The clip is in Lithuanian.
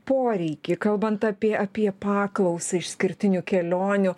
poreikį kalbant apie apie paklausą išskirtinių kelionių